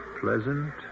pleasant